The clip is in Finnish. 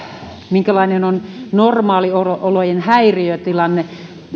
minkälainen on normaaliolojen häiriötilanne